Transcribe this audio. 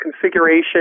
configuration